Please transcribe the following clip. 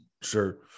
sure